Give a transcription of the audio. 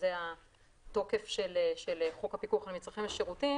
שזה התוקף של חוק הפיקוח על מצרכים ושירותים